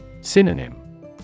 Synonym